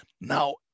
Now